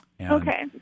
Okay